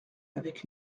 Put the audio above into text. avec